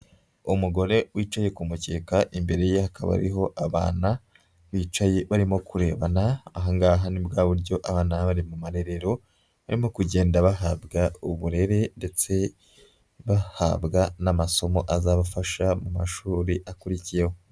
Umugore wicaye ku mukeka, imbere ye hakaba hariho abana bicaye barimo kurebana, aha ngaha ni bwa buryo abana baba bari mu marerero, barimo kugenda bahabwa uburere, ndetse bahabwa n'amasomo azabafasha mu mashuri akurikiyeho.